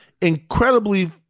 incredibly